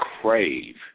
crave